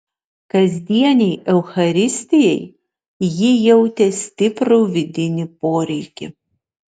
kasdienei eucharistijai ji jautė stiprų vidinį poreikį